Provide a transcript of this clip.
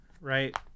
right